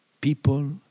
people